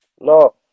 No